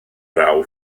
glaw